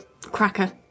cracker